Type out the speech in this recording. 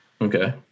Okay